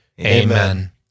Amen